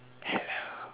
hello